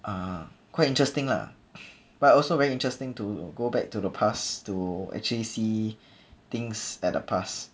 uh quite interesting lah but also very interesting to go back to the past to actually see things at the past